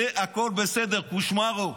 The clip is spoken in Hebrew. זה, הכול בסדר, קושמרו,